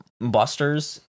busters